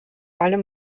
allem